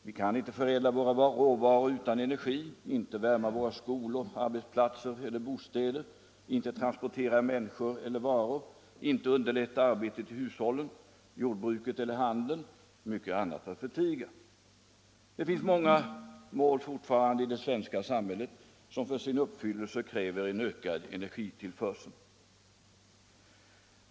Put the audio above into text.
Vi kan inte förädla våra råvaror utan energi, inte värma skolor, arbetsplatser eller bostäder, inte transportera människor eller varor, inte underlätta arbetet i hushållen, jordbruket eller handeln, mycket annat att förtiga. Det finns fortfarande många mål i det svenska samhället som för sin uppfyllelse kräver en ökad energitillförsel.